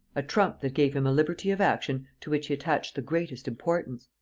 a trump that gave him a liberty of action to which he attached the greatest importance.